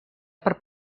per